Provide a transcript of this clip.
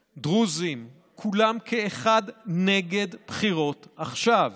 דרוזים, כולם כאחד נגד בחירות עכשיו.